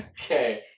okay